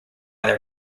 their